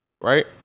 right